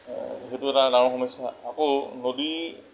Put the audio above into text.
সেইটো এটা ডাঙৰ সমস্যা আকৌ নদী